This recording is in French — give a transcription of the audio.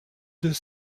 deux